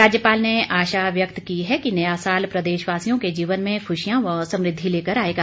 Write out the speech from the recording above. राज्यपाल ने आशा व्यक्त की है कि नया साल प्रदेशवासियों के जीवन में खुशियां व समृद्धि लेकर आएगा